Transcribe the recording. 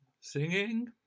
singing